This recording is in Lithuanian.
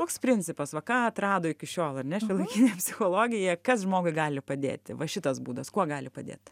koks principas va ką atrado iki šiol ar ne šiuolaikinė psichologija kas žmogui gali padėti va šitas būdas kuo gali padėt